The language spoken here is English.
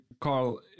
Carl